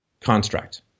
construct